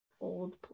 old